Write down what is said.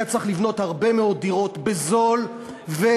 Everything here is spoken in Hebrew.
היה צריך לבנות הרבה מאוד דירות בזול ומהר,